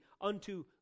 unto